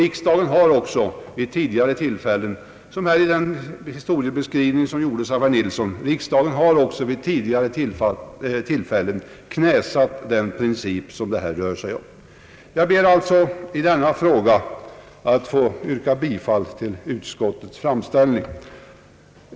Riksdagen har också vid tidigare tillfällen, såsom herr Nilsson nämnde i sin historik, knäsatt den princip det här rör sig om. Jag ber alltså att i denna fråga få yrka bifall till utskottets framställning.